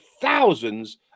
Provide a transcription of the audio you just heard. thousands